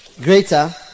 greater